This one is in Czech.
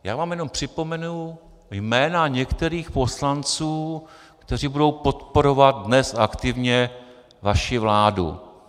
Já vám jenom připomenu jména některých poslanců, kteří budou podporovat dnes aktivně vaši vládu.